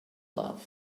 love